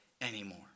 anymore